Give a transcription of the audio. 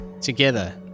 Together